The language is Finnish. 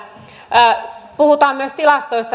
puhutaan myös tilastoista